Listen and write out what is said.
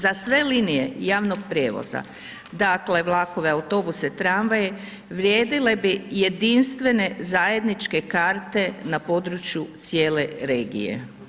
Za sve linije javnog prijevoza, dakle, vlakove, autobuse, tramvaje, vrijedile bi jedinstvene zajedničke karte na području cijele regije.